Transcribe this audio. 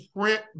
print